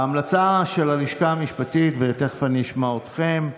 ההמלצה של הלשכה המשפטית, ותכף אני אשמע אתכם,